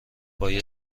باید